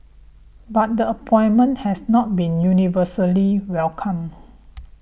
but the appointment has not been universally welcomed